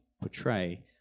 portray